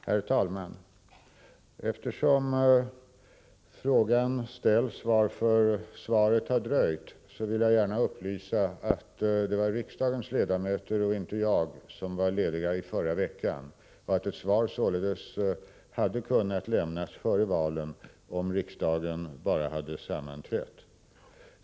Herr talman! Eftersom frågan ställs varför svaret har dröjt, vill jag gärna upplysa om att det var riksdagens ledamöter och inte jag som var lediga i förra veckan och att ett svar således hade kunnat lämnas före valen, om riksdagen bara hade sammanträtt.